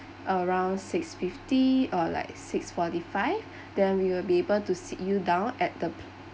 around six fifty or like six forty five then we will be able to sit you down at the